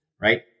right